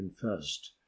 confessed